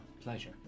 Pleasure